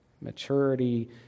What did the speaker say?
maturity